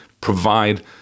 provide